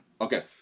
Okay